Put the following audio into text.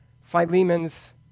Philemon's